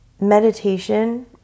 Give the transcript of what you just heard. meditation